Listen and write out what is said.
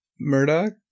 Murdoch